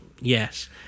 Yes